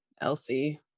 Elsie